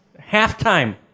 halftime